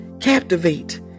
Captivate